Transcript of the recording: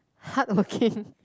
hardworking